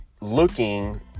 looking